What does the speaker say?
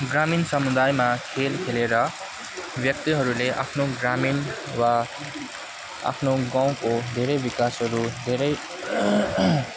ग्रामीण समुदायमा खेल खेलेर व्यक्तिहरूले आफ्नो ग्रामीण वा आफ्नो गाउँको धेरै विकासहरू धेरै